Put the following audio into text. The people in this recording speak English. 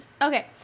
Okay